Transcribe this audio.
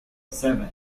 seven